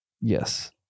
Yes